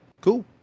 cool